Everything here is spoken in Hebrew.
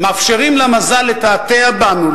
מאפשרים למזל לתעתע בנו,